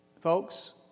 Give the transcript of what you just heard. Folks